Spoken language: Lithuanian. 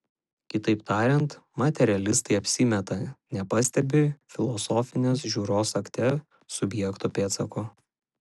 kitaip tariant materialistai apsimeta nepastebį filosofinės žiūros akte subjekto pėdsakų